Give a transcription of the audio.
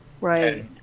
Right